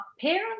parents